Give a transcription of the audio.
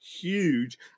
huge